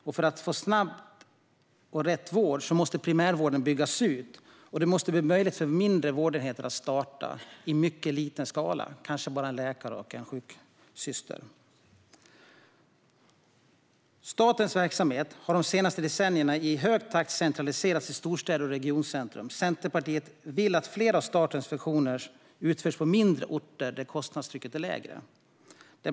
För att vi ska få snabb och rätt vård måste primärvården byggas ut, och det måste bli möjligt för mindre vårdenheter att starta i mycket liten skala, kanske med bara en läkare och en sjuksköterska. Statens verksamheter har de senaste decennierna i hög takt centraliserats till storstäder och regioncentrum. Centerpartiet vill att fler av statens funktioner utförs på mindre orter där kostnadstrycket är lägre.